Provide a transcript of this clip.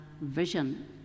vision